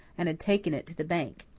and had taken it to the bank.